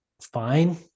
fine